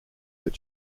that